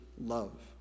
love